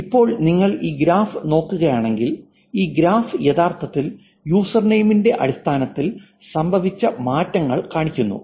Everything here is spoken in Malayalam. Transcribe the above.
ഇപ്പോൾ നിങ്ങൾ ഈ ഗ്രാഫ് നോക്കുകയാണെങ്കിൽ ഈ ഗ്രാഫ് യഥാർത്ഥത്തിൽ യൂസർനെയിം ന്റെ അടിസ്ഥാനത്തിൽ സംഭവിച്ച മാറ്റങ്ങൾ കാണിക്കുന്നു